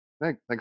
Thanks